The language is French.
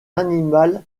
animal